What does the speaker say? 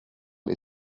les